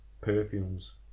perfumes